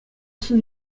сӑн